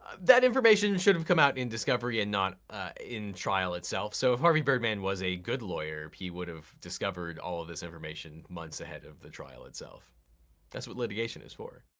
that information should have come out in discovery and not in trial itself. so if harvey birdman was a good lawyer, he would've discovered all of this information months ahead of the trial itself that's what litigation is for.